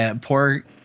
Poor